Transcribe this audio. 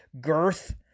girth